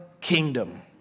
kingdom